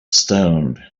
stoned